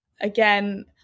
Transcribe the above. again